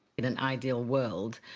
in an ideal world,